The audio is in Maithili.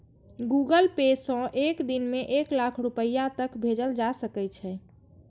गूगल पे सं एक दिन मे एक लाख रुपैया तक भेजल जा सकै छै